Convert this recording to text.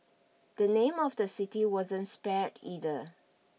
the name of the city wasn't spared either